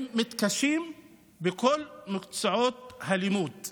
הם מתקשים בכל מקצועות הלימוד,